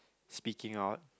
speaking out